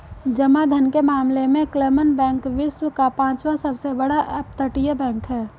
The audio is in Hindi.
जमा धन के मामले में क्लमन बैंक विश्व का पांचवा सबसे बड़ा अपतटीय बैंक है